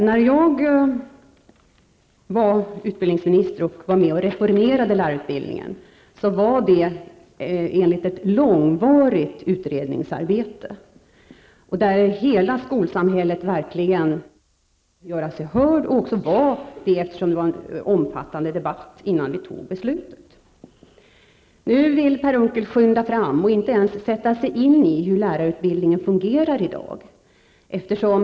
När jag var utbildningsminister och var med och reformerade lärarutbildningen var det fråga om ett långvarigt utredningsarbete, där hela skolsamhället kunde göra sig hört och verkligen också gjorde det, eftersom det förekom en omfattande debatt innan vi fattade beslutet. Nu vill Per Unckel skynda fram och inte ens sätta sig in i hur lärarutbildningen fungerar i dag.